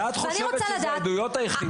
ואת חושבת שאלה העדויות היחידות?